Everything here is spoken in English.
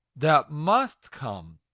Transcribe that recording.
that must come.